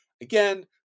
Again